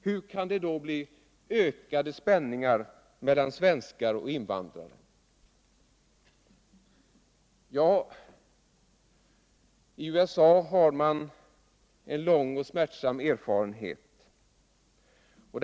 Hur kan det då bli en ökad spänning mellan svenskar och invandrare? I USA finns en lång och smärtsam erfarenhet.